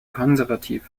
konservativ